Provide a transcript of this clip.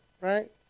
Right